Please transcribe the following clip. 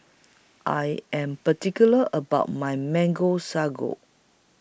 I Am particular about My Mango Sago